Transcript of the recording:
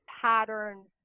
patterns